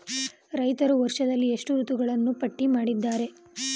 ರೈತರು ವರ್ಷದಲ್ಲಿ ಎಷ್ಟು ಋತುಗಳನ್ನು ಪಟ್ಟಿ ಮಾಡಿದ್ದಾರೆ?